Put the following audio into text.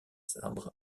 sabres